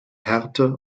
härte